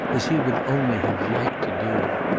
as he would only have liked to do.